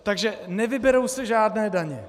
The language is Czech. Takže nevyberou se žádné daně.